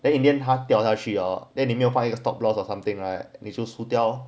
the in the end 下掉下去 ah then 你没有发一个 stop loss or something right 你就输掉